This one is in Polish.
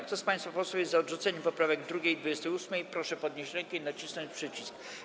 Kto z państwa posłów jest za odrzuceniem poprawek 2. i 28., proszę podnieść rękę i nacisnąć przycisk.